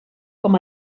com